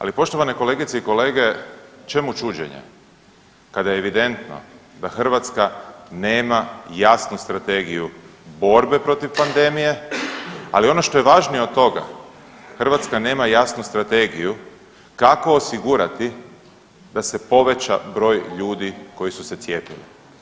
Ali poštovane kolegice i kolege čemu čuđenje kada je evidentno da Hrvatska nema jasnu strategiju borbe protiv pandemije, ali ono što je važnije od toga Hrvatska nema jasnu strategiju kako osigurati da se poveća broj ljudi koji su se cijepili.